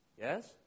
Yes